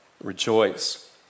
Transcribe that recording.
Rejoice